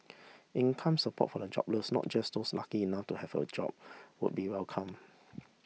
income support for the jobless not just those lucky enough to have a job would be welcome